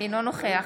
אינו נוכח